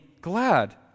glad